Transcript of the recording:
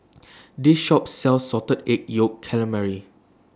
This Shop sells Salted Egg Yolk Calamari